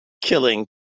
killing